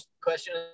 Question